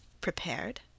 Prepared